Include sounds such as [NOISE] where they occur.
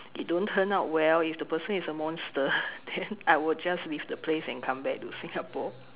it don't turn out well if the person is a monster [LAUGHS] then I will just leave the place and come back to Singapore